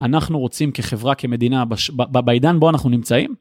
אנחנו רוצים כחברה, כמדינה, בעידן בו אנחנו נמצאים?